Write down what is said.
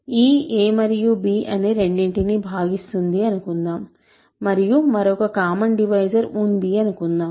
e a మరియు b అనే రెండింటినీ భాగిస్తుంది అనుకుందాం మరియు మరొక కామన్ డివైజర్ ఉంది అనుకుందాం